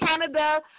Canada